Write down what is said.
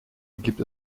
gibt